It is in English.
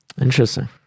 Interesting